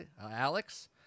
Alex